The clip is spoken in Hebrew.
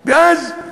ואז,